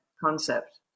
concept